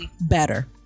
Better